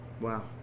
Wow